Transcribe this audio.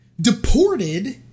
deported